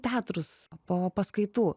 teatrus po paskaitų